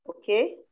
Okay